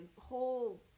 whole